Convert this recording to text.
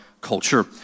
culture